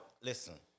Listen